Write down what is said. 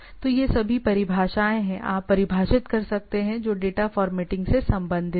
तो ये सभी परिभाषाएं हैं आप परिभाषित कर सकते हैं जो डेटा फॉर्मेटिंग से संबंधित हैं